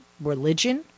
religion